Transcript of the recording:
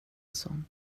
sån